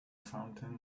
fountain